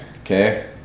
okay